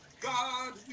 God